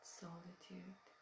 solitude